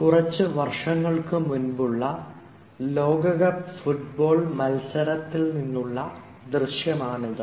കുറച്ചു വർഷങ്ങൾക്കു മുമ്പുള്ള ലോകകപ്പ് ഫുട്ബോൾ മത്സരത്തിൽ നിന്നുള്ള ദൃശ്യമാണിത്